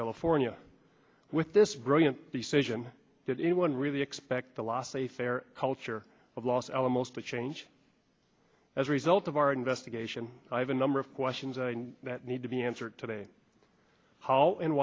california with this brilliant be sation did anyone really expect the law a fair culture of los alamos to change as a result of our investigation i have a number of questions that need to be answered today hall and